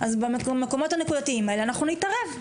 אז במקומות הנקודתיים האלה אנחנו נתערב.